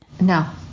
No